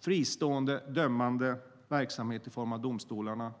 fristående dömande verksamhet i form av domstolarna.